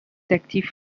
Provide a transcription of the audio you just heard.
actif